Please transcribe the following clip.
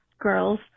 girls